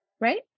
right